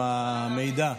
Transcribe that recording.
עם המידע.